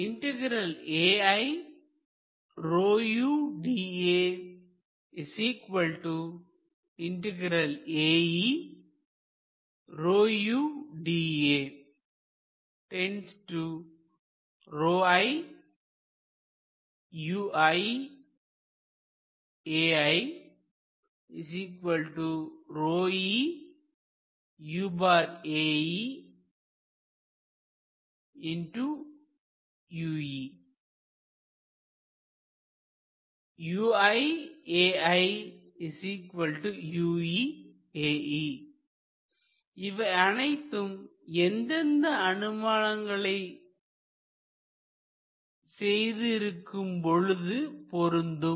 இவை அனைத்தும் எந்தெந்த அனுமானங்களை செய்து இருக்கும் பொழுது பொருந்தும்